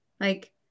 Like-